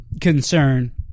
concern